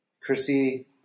Chrissy